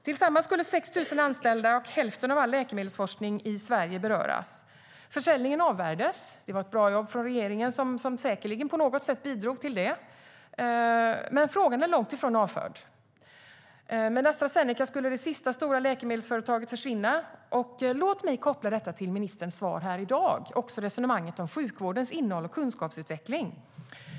Tillsammans skulle 6 000 anställda och hälften av all läkemedelsforskning i Sverige beröras. Försäljningen avvärjdes. Det var ett bra jobb från regeringen som säkerligen på något sätt bidrog till det. Men frågan är långt ifrån avförd. Med Astra Zeneca skulle det sista stora läkemedelsföretaget försvinna. Låt mig koppla detta till ministerns svar i dag och till resonemanget om sjukvårdens innehåll och kunskapsutveckling.